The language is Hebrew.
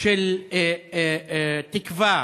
של תקווה